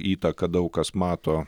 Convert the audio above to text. įtaką daug kas mato